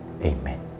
Amen